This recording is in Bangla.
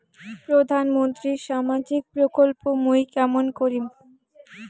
প্রধান মন্ত্রীর সামাজিক প্রকল্প মুই কেমন করিম?